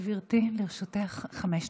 בבקשה, גברתי, לרשותך חמש דקות.